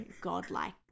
god-like